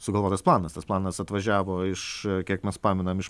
sugalvotas planas tas planas atvažiavo iš kiek mes paminam iš